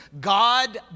God